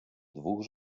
dwóch